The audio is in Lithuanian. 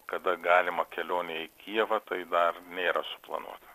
kada galima kelionė į kijevą tai dar nėra suplanuota